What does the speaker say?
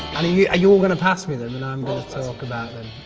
and you you all gonna pass me them and i'm gonna talk about them?